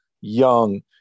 young